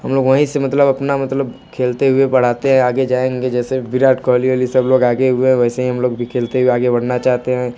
हम लोग वहीं से मतलब अपना मतलब खेलते हुए बढ़ाते है आगे जाएंगे जैसे विराट कोहली ओहली सब लोग आगे हुए वैसे ही हम लोग भी खेलते हुए आगे बढ़ना चाहते हैं